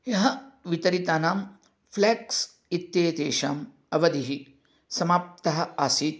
ह्यः वितरितानां फ़्लास्क्स् इत्येतेषाम् अवधिः समाप्तः आसीत्